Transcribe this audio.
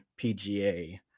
PGA